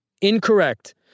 Incorrect